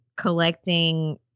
collecting